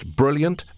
brilliant